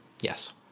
Yes